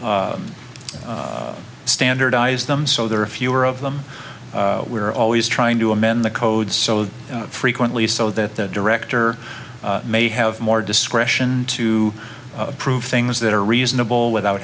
standardize them so there are fewer of them we're always trying to amend the code so frequently so that the director may have more discretion to prove things that are reasonable without